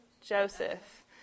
Joseph